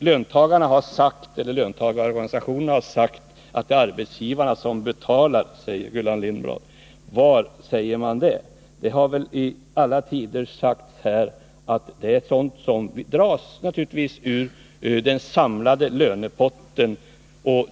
Löntagarorganisationerna har sagt att det är arbetsgivarna som betalar, säger Gullan Lindblad. Var säger man det? Det har väl i alla tider sagts att detta är sådant som dras ur den samlade lönepotten.